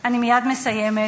אני כבר מסיימת.